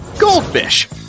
Goldfish